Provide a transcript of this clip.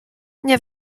nie